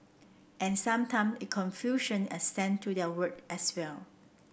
and sometime that confusion extend to their work as well